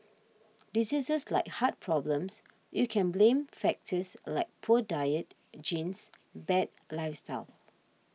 diseases like heart problems you can blame factors like poor diet genes bad lifestyle